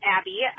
Abby